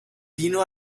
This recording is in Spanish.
vino